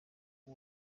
aba